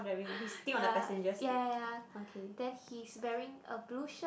ya ya ya ya then he's wearing a blue shirt